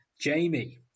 Jamie